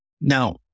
Now